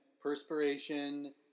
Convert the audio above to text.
perspiration